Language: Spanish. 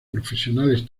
profesionales